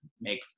make